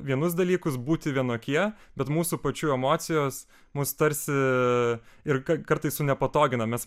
vienus dalykus būti vienokie bet mūsų pačių emocijos mus tarsi ir ka kartais sunepatogina mes